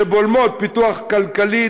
שבולמות פיתוח כלכלי,